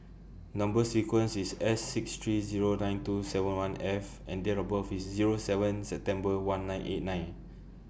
Number sequence IS S six three Zero nine two seven one F and Date of birth IS Zero seven September one nine eight nine